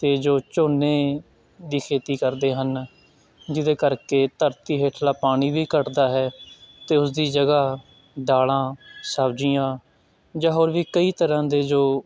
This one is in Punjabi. ਅਤੇ ਜੋ ਝੋਨੇ ਦੀ ਖੇਤੀ ਕਰਦੇ ਹਨ ਜਿਹਦੇ ਕਰਕੇ ਧਰਤੀ ਹੇਠਲਾ ਪਾਣੀ ਵੀ ਘੱਟਦਾ ਹੈ ਅਤੇ ਉਸ ਦੀ ਜਗ੍ਹਾ ਦਾਲਾਂ ਸਬਜ਼ੀਆਂ ਜਾਂ ਹੋਰ ਵੀ ਕਈ ਤਰ੍ਹਾਂ ਦੇ ਜੋ